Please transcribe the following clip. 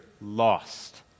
lost